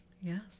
Yes